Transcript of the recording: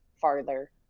farther